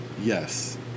Yes